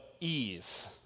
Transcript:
ease